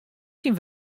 syn